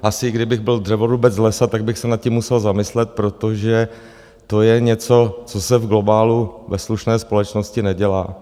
Asi kdybych byl dřevorubec z lesa, tak bych se nad tím musel zamyslet, protože to je něco, co se v globálu ve slušné společnosti nedělá.